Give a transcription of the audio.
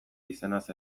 izenaz